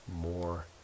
more